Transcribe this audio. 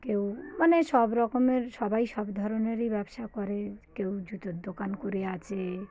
কেউ মানে সব রকমের সবাই সব ধরনেরই ব্যবসা করে কেউ জুতোর দোকান করে আছে